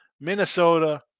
Minnesota –